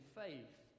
faith